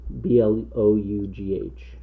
B-L-O-U-G-H